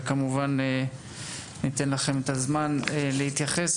וכמובן שניתן לכם את הזמן להתייחס.